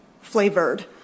flavored